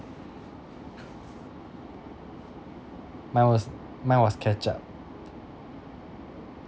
mine was mine was ketchup